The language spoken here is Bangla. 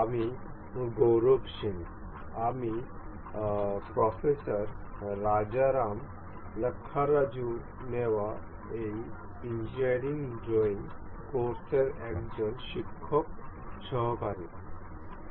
আমি গৌরব সিং আমি প্রফেসর রাজারাম লাক্কারাজুর নেওয়া এই ইঞ্জিনিয়ারিং ড্রয়িং কোর্সের একজন শিক্ষক সহকারী